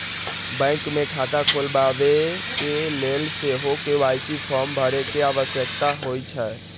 bank मे खता खोलबाबेके लेल सेहो के.वाई.सी फॉर्म भरे के आवश्यकता होइ छै